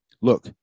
Look